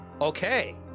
Okay